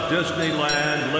Disneyland